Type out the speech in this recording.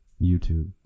YouTube